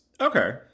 okay